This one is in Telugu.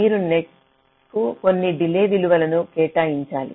మీరు నెట్స్కు కొన్ని డిలే విలువలను కేటాయించాలి